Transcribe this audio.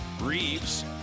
Reeves